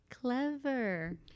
Clever